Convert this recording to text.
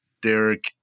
Derek